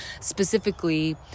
specifically